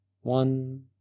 One